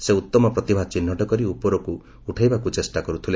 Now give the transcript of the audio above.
ସେ ଉତ୍ତମ ପ୍ରତିଭା ଚିହ୍ନଟ କରି ଉପରକୁ ଉଠାଇବାକୁ ଚେଷ୍ଟା କରୁଥିଲେ